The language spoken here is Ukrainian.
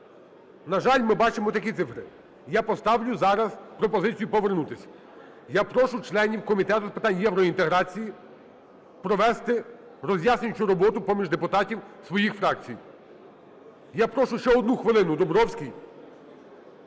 на жаль, ми бачимо такі цифри. Я поставлю зараз пропозицію повернутись. Я прошу членів Комітету з питань євроінтеграції провести роз'яснюючу роботу поміж депутатів своїх фракцій. Я прошу ще одну хвилину – Домбровський.